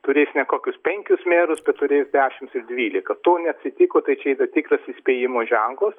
turės ne kokius penkius merus bet turės dešims ar dvylika to neatsitiko tai čia yra tikras įspėjimo ženklas